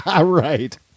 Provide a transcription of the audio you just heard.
Right